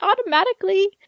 automatically